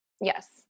Yes